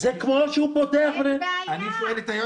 אין בעיה,